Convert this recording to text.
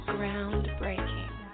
Groundbreaking